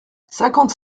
cinquante